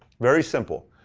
very simple.